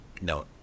No